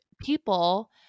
people